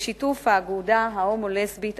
בשיתוף האגודה ההומו-לסבית,